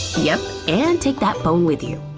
yep, and take that phone with you!